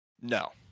no